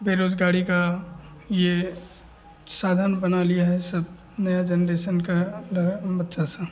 बेरोज़गारी का यह साधन बना लिया है सब नया जनरेसन के रहे बच्चे सब